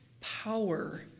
power